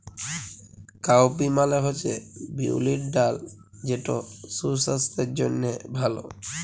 cowpea মালে হছে বিউলির ডাল যেট সুসাস্থের জ্যনহে ভাল